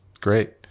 Great